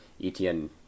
ETN